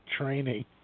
training